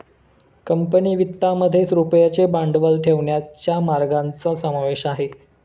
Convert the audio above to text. company वित्तामध्ये रुपयाचे भांडवल ठेवण्याच्या मार्गांचा समावेश आहे